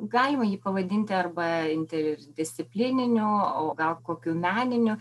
galima jį pavadinti arba interdisciplininiu o gal kokiu meniniu